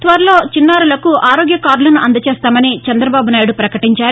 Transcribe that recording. త్వరలో చిన్నారులకు ఆరోగ్య కార్డులను అందజేస్తామని చందబాబు నాయుడు పకటించారు